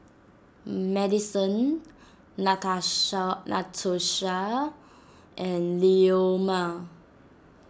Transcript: Maddison Natasha Natosha and Leoma